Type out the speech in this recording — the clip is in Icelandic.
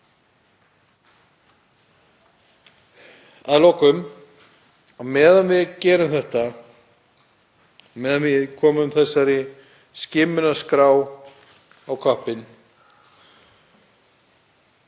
Að lokum: Á meðan við gerum þetta, á meðan við komum þessari skimunarskrá á koppinn,